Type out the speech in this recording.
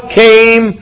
came